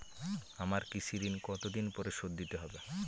আমার কৃষিঋণ কতদিন পরে শোধ দিতে হবে?